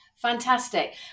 Fantastic